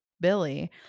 Billy